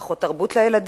פחות תרבות לילדים,